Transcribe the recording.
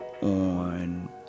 on